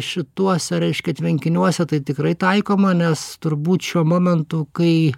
šituose reiškia tvenkiniuose tai tikrai taikoma nes turbūt šiuo momentu kai